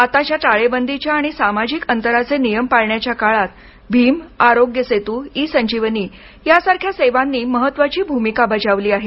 आताच्या टाळेबंदीच्या आणि सामाजिक अंतराचे नियम पाळण्याच्या काळात भिम आरोग्य सेतू ई संजीवनी या सारख्या सेवांनी महत्वाची भूमिका बजावली आहे